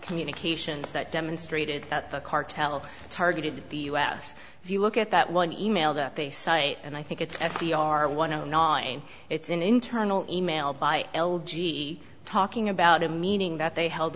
communications that demonstrated that the cartel targeted the u s if you look at that one e mail that they cite and i think it's a c r one online it's an internal e mail by l g talking about a meaning that they held